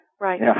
right